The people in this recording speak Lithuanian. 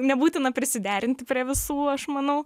nebūtina prisiderinti prie visų aš manau